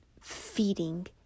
feeding